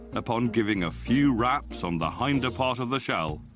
upon giving a few raps on the hinder part of the shell,